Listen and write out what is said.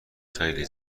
خیلی